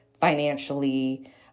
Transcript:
financially